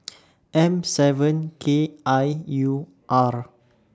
M seven K I U R